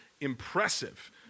impressive